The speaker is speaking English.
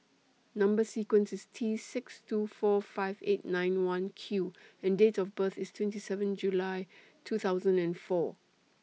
Number sequence IS T six two four five eight nine one Q and Date of birth IS twenty seven July two thousand and four